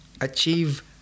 Achieve